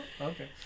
Okay